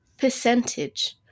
percentage